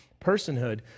personhood